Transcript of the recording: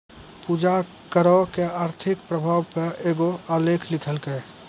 पूजा करो के आर्थिक प्रभाव पे एगो आलेख लिखलकै